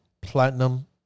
platinum